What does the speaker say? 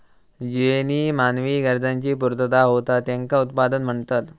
ज्येनीं मानवी गरजांची पूर्तता होता त्येंका उत्पादन म्हणतत